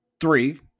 Three